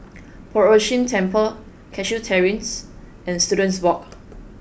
Poh Ern Shih Temple Cashew Terrace and Students Walk